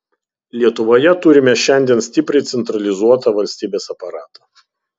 lietuvoje turime šiandien stipriai centralizuotą valstybės aparatą